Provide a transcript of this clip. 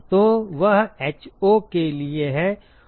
तो वह ho के लिए है और यह एक वलय है